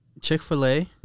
Chick-fil-A